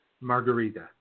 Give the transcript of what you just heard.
Margarita